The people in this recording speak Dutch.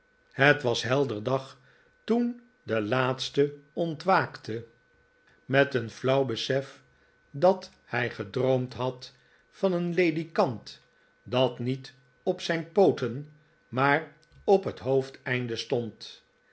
het was helder dag toen de laatste ontwaakte met een flauw besef dat hij gedroomd had van een ledikant dat niet op zijn pooten maar op het hoofdeinde stond